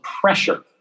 pressure